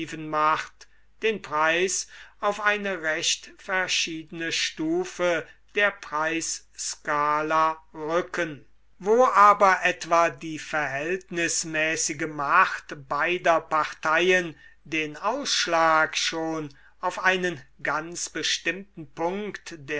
macht den preis auf eine recht verschiedene stufe der preisskala rücken wo aber etwa die verhältnismäßige macht beider parteien den ausschlag schon auf einen ganz bestimmten punkt